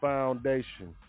Foundation